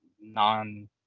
non